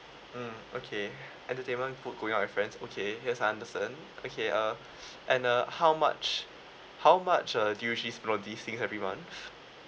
mm okay entertainment food going out with friends okay yes I understand okay uh and uh how much how much uh do you actually splurge these things every month